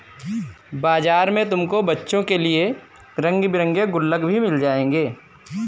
बाजार में तुमको बच्चों के लिए रंग बिरंगे गुल्लक भी मिल जाएंगे